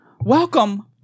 Welcome